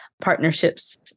partnerships